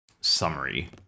summary